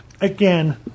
Again